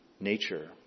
Nature